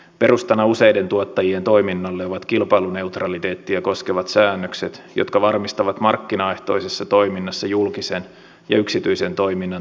perustana useiden tuottajien toiminnalle ovat kilpailuneutraliteettia koskevat säännökset jotka varmistavat markkinaehtoisessa toiminnassa julkisen ja yksityisen toiminnan tasapuoliset toimintaedellytykset